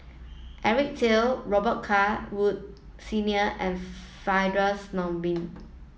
Eric Teo Robet Carr Wood Senior and Firdaus Nordin